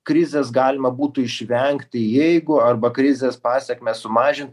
krizės galima būtų išvengti jeigu arba krizės pasekmes sumažint